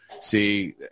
See